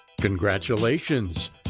Congratulations